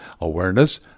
awareness